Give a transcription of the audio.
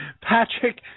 Patrick